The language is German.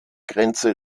grenze